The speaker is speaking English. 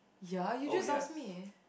ya you just asked me